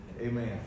Amen